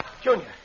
Junior